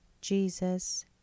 jesus